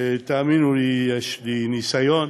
ותאמינו לי, יש לי ניסיון.